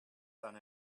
done